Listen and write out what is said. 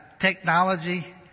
technology